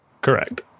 Correct